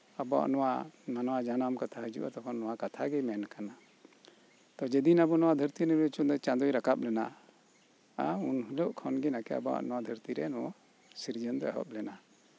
ᱟᱵᱩᱣᱟᱜ ᱱᱚᱣᱟ ᱢᱟᱱᱣᱟ ᱡᱟᱱᱟᱢ ᱠᱟᱛᱷᱟ ᱦᱤᱡᱩᱜᱼᱟ ᱛᱚᱠᱷᱚᱱ ᱱᱚᱣᱟ ᱠᱟᱛᱷᱟᱜᱤ ᱢᱮᱱ ᱟᱠᱟᱱᱟ ᱡᱮᱫᱤᱱ ᱟᱵᱩ ᱱᱚᱣᱟ ᱫᱷᱟᱹᱨᱛᱤ ᱨᱮ ᱢᱤᱫᱪᱷᱚᱴ ᱪᱟᱸᱫᱳᱭ ᱨᱟᱠᱟᱵ ᱞᱮᱱᱟ ᱩᱱᱦᱤᱞᱚᱜ ᱠᱷᱚᱱᱜᱤ ᱟᱵᱩᱣᱟᱜ ᱱᱚᱣᱟ ᱫᱷᱟᱹᱨᱛᱤ ᱨᱮ ᱥᱤᱨᱡᱟᱹᱱ ᱫᱚ ᱮᱦᱚᱵ ᱞᱮᱱᱟ